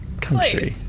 country